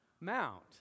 Mount